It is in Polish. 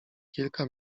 kilka